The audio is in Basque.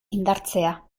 indartzea